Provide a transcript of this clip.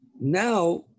Now